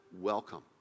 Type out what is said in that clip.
welcome